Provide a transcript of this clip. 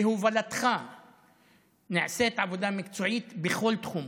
בהובלתך נעשית עבודה מקצועית בכל תחום.